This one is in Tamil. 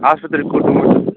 ஹாஸ்பத்திரிக்கு கூட்ப் போயிட்டு